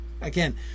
Again